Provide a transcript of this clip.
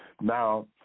Now